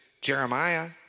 Jeremiah